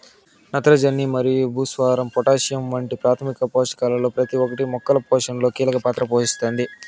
నత్రజని, భాస్వరం మరియు పొటాషియం వంటి ప్రాథమిక పోషకాలలో ప్రతి ఒక్కటి మొక్కల పోషణలో కీలక పాత్ర పోషిస్తుంది